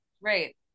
Right